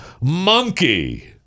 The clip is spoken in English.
Monkey